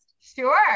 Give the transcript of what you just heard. Sure